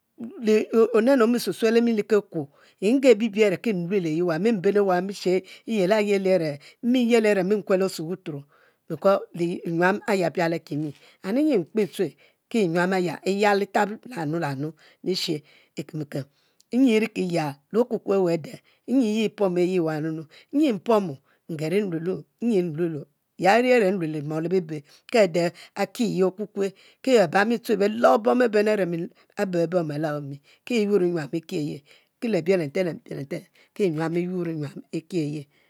E'e’ onenu omisushel emi lekekuo, njr bibi a're ki ne leyi e'wa, mi ben e'yaka e'wa a're mmikue le osue wuturo because nyuam ayi apiale akimi, mi nyi mkpe tue ki nyuam ayu e'yal e'tab le anu le anu, le e'shey e'kenme kem nyi ye e'pomo ls okukue awu ade nyi ye pomu e'yi wanunu, nyi nlulu, ya e'ri a're nluel e'luel ade akiye okukue alo bom abe nu a're bom be lo mi, ki e’ yur nyuam e‘kiye bielen ten lebielenten ki nub e'kiye